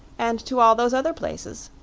and to all those other places.